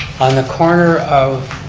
on the corner of,